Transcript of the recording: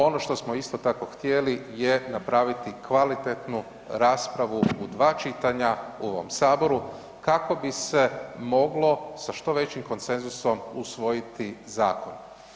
Ono što smo isto tako htjeli je napraviti kvalitetnu raspravu u dva čitanja u ovom Saboru, kako bi se mogli sa što većim konsenzusom usvojiti zakon.